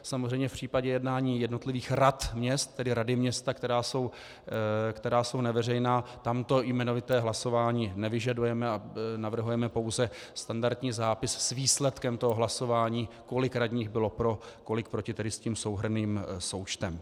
Samozřejmě v případě jednání jednotlivých rad měst, tedy rady města, která jsou neveřejná, tam to jmenovité hlasování nevyžadujeme a navrhujeme pouze standardní zápis s výsledkem hlasování, kolik radních bylo pro, kolik proti, tedy s tím souhrnným součtem.